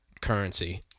currency